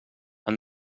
han